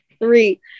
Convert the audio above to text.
Three